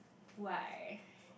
why